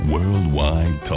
Worldwide